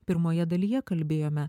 pirmoje dalyje kalbėjome